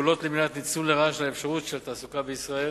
פעולות למניעת ניצול לרעה של אפשרויות התעסוקה בישראל,